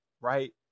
Right